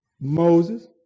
Moses